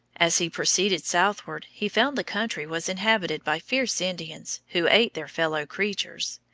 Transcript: as he proceeded southward, he found the country was inhabited by fierce indians, who ate their fellow-creatures.